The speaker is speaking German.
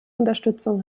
unterstützung